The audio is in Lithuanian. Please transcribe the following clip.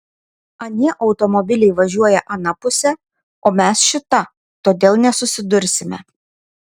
anie automobiliai važiuoja ana puse o mes šita todėl nesusidursime